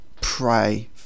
pray